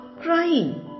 crying